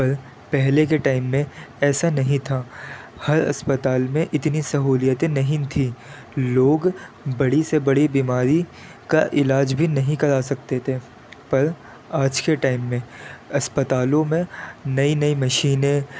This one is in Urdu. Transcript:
پر پہلے کے ٹائم میں ایسا نہیں تھا ہر اسپتال میں اتنی سہولتیں نہیں تھیں لوگ بڑی سے بڑی بیماری کا علاج بھی نہیں کرا سکتے تھے پر آج کے ٹائم میں اسپتالوں میں نئی نئی مشینیں